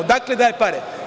Odakle daje pare?